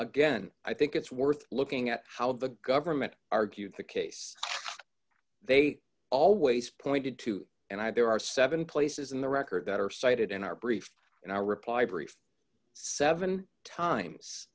again i think it's worth looking at how the government argued the case they always pointed to and i there are seven places in the record that are cited in our brief in our reply brief seven times